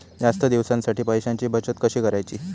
जास्त दिवसांसाठी पैशांची बचत कशी करायची?